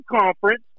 conference